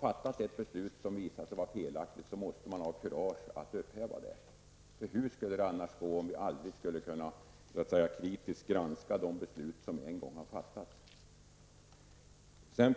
fattas ett beslut som visar sig felaktigt, måste man ha kurage att upphäva det. Hur skulle det gå om vi aldrig kritiskt granskade en gång fattade beslut?